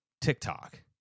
TikTok